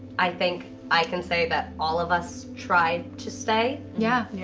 i think i can say that all of us tried to stay. yeah. yeah